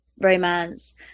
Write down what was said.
romance